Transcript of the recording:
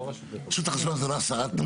רשות החשמל זה לא הסרת חסמים.